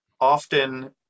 often